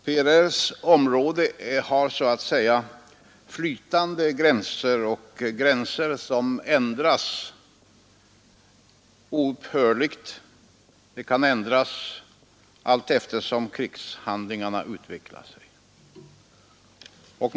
PRR:s område har så att säga flytande gränser och gränser som ändras oupphörligt; de kan ändras allteftersom krigshandlingarna utvecklar sig.